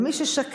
אבל מי ששקל,